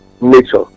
nature